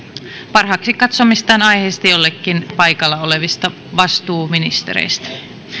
parhaaksi katsomistaan aiheista jollekin paikalla olevista vastuuministereistä